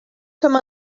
comme